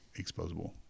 Exposable